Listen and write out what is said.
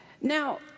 Now